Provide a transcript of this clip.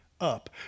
up